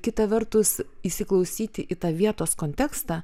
kita vertus įsiklausyti į tą vietos kontekstą